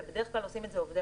ובדרך כלל עושים את זה עובדי